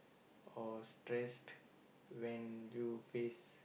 or stressed when you face